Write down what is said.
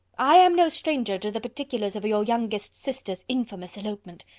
i am no stranger to the particulars of your youngest sister's infamous elopement.